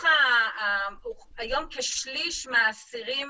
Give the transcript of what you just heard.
היום כשליש מהאסירים